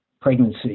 pregnancy